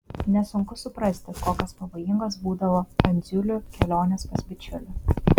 nesunku suprasti kokios pavojingos būdavo andziulių kelionės pas bičiulį